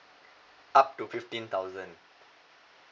up to fifteen thousand